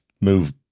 move